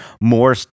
More